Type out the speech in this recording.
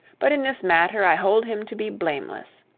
but in this matter i hold him to be blameless.